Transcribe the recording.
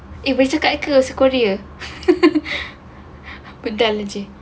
baca kat apa rasa korea pedang encik